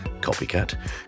copycat